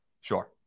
Sure